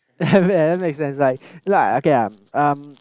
that doesn't make sense like like okay ah um